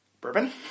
bourbon